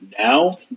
Now